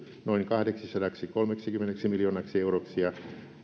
noin kahdeksisadaksikolmeksikymmeneksi miljoonaksi euroksi ja